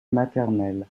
maternelle